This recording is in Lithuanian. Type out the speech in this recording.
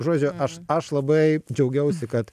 žodžiu aš aš labai džiaugiausi kad